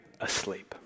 asleep